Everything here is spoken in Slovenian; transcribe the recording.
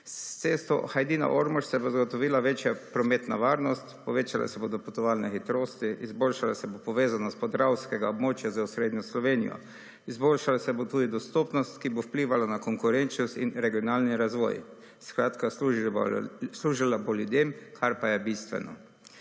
S cesto Hajdina-Ormož se bo zagotovila večja prometna varnost, povečale se bodo potovalne hitrosti, izboljšala se bo povezanost podravskega območja za osrednjo Slovenijo. Izboljšala se bo tudi dostopnost, ki bo vplivala na konkurenčnost in regionalni razvoj, skratka služila bo ljudem, kar pa je bistveno.